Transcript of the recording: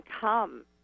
come